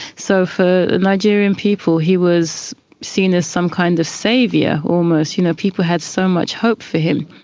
so for nigerian people, he was seen as some kind of saviour, almost you know, people had so much hope for him.